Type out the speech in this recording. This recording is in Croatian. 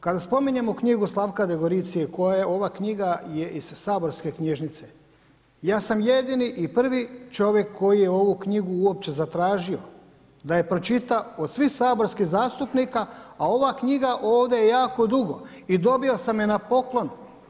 Kada spominjemo knjigu Slavka Degoricije, koja je ova knjiga iz saborske knjižnice, ja sam jedini i prvi čovjek koji je ovu knjigu uopće zatražio da je pročita od svih saborskih zastupnika a ova knjiga je ovdje jako dugo i dobio sam je na poklon.